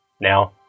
Now